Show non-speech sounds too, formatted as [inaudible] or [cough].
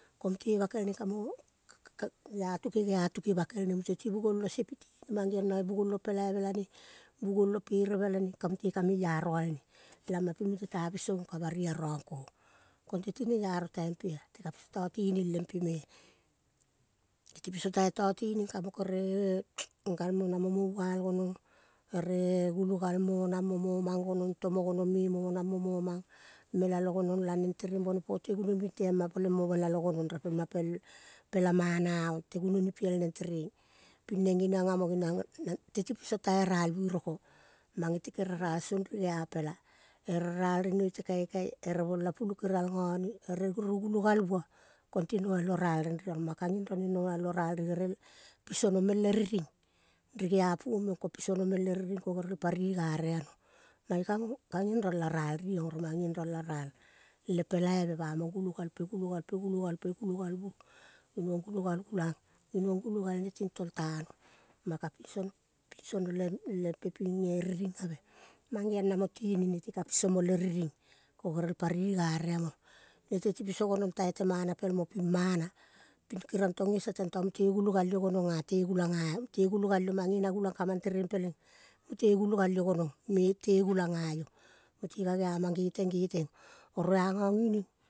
Ko mute bakel ne kamo [unintelligible] gea tuke gea tuke bakel ne. Mute ti bugolo ose pitine mang geong na bugolo pelaive lane bugolo pereve lene. Ka mute ka meiaro galne lama ping mute ta biso ong ka bari arang kong. Konteti neiaro taimpea. Te ka piso tatining lempe me. Ti piso tai tatining kamo kere [noise] galmo namo moval gonong ere gulogal momang mo monang gonong. Tomo gonang me monang mo monang gonong. Tomo gonong me monang mo momang. Melalo gono laneng tereng bone pote gun o ni pintema peleng mo melalo gonong repelma pel pela mana ong. Te gunoni piel neng tereng. Pineng geniong amo geniong, na teti piso tai ral biroko. Mangeti kere ral song ri geapela, ere ral ri nuete kaikai ere bola pulu kerial, ngane, ere gere gulogal bua konte noial oral renrea. Oro mang kangeng drong ne noial oral ri gerel pisono meng ie riring. re geapuong meng ko piso no meng le riring ko gerel pari igare ano. Mange kango, kangendrong la ral riong. Oro mang gendrong la ral le pelaive bamang gulo galpe, gulo galpe, gulo galpe, gulo gal bu ginong gulo gal ne ting toltano. Mang ka pinso no, pinso no le lempe pinge riringave. Mang geong namo tingting nete ka piso mo le rirng ko gerel pari igare amo. Nete ti piso genong tai te mana pelmo pimana. Ping keriong tong esa tenta mute gulo gal io gononga te gulang ngaio. Mute gulo gal io. Mange na gulang kamang tereng peleng mute gulo gal io gonorg mete gulong ngaio. Mute ka geamang geteng, geteng, geteng. Oro. angangining.